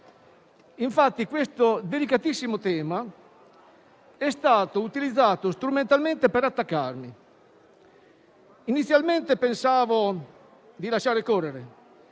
Infatti, questo delicatissimo tema è stato utilizzato strumentalmente per attaccarmi. Inizialmente pensavo di lasciar correre,